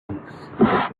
lives